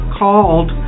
called